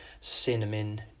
cinnamon